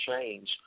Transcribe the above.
change